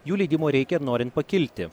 jų leidimo reikia ir norint pakilti